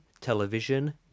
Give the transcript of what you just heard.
television